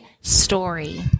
story